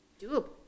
doable